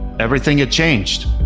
everything had changed.